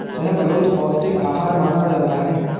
शाहबलूत पौस्टिक आहार माना जाता है